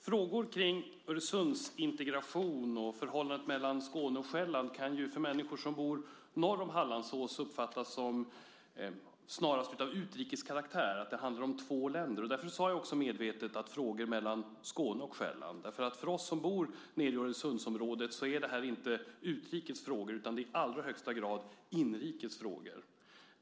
Fru talman! Frågor om Öresundsintegration och förhållandet mellan Skåne och Själland kan för människor som bor norr om Hallandsås uppfattas som snarast av utrikeskaraktär och att det handlar om två länder. Därför talar jag också medvetet om frågor om Skåne och Själland. För oss som bor nere i Öresundsområdet är det inte utrikesfrågor utan i allra högsta grad inrikesfrågor.